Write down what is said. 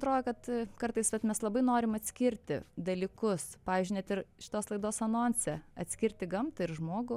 atrodo kad kartais vat mes labai norim atskirti dalykus pavyzdžiui net ir šitos laidos anonse atskirti gamtą ir žmogų